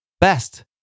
best